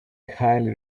highly